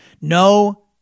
No